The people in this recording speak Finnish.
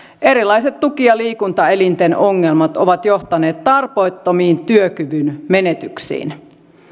erilaiset tuki ja liikuntaelinten ongelmat ovat johtaneet tarpeettomiin työkyvyn menetyksiin